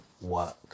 work